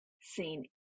seen